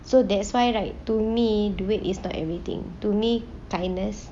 so that's why right to me do it is not everything to me kindness